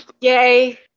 yay